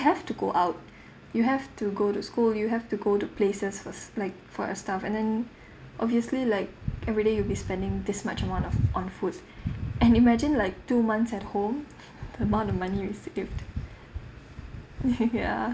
have to go out you have to go to school you have to go to places first like for your stuff and then obviously like everyday you'll be spending this much amount of on food and imagine like two months at home the amount of money you'll save ya